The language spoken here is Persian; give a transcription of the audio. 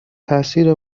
تاثیر